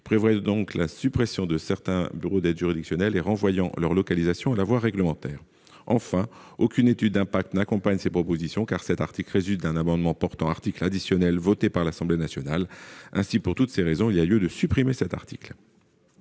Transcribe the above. prévoit donc la suppression de certains bureaux d'aide juridictionnelle et renvoyant leur localisation et la voie réglementaire, enfin, aucune étude d'impact n'accompagne ces propositions car cet article résulte d'un amendement portant article additionnel voté par l'Assemblée nationale, ainsi pour toutes ces raisons, il y a lieu de supprimer cet article.